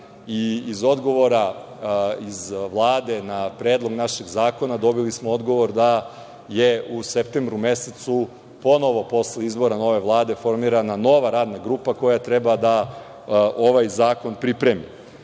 Iz odgovora iz Vlade na predlog našeg zakona dobili smo odgovor da je u septembru mesecu, ponovo posle izbora nove Vlade, formirana nova Radna grupa koja treba da ovaj zakon pripremi.